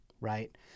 Right